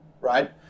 Right